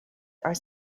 are